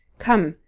come,